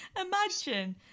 Imagine